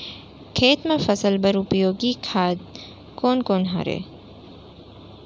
खेत म फसल बर उपयोगी खाद कोन कोन हरय?